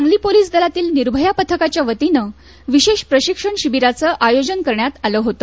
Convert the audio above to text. Sangli police दलातील निर्भया पथकाच्यावतीने विशेष प्रशिक्षण शिबिराचे आयोजन करण्यात आले होते